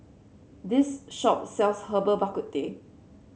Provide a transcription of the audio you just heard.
this shop sells Herbal Bak Ku Teh